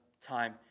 time